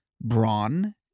brawn